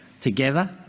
together